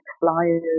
flyers